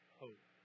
hope